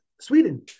Sweden